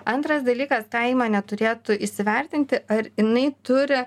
antras dalykas ką įmonė turėtų įsivertinti ar jinai turi